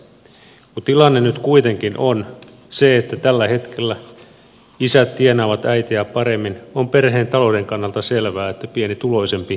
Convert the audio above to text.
kun tilanne nyt kuitenkin on se että tällä hetkellä isät tienaavat äitejä paremmin on perheen talouden kannalta selvää että pienituloisempi jää kotiin